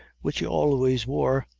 which he alway's wore.